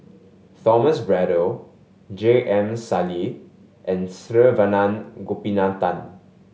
Thomas Braddell J M Sali and Saravanan Gopinathan